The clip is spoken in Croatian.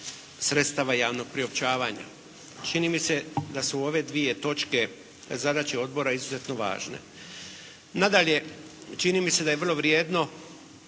sredstava javnog priopćavanja. Čini mi se da su ove dvije točke, zadaće odbora izuzetno važne. Nadalje, čini mi se da je vrlo vrijedno